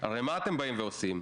הרי מה אתם באים ועושים?